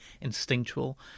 instinctual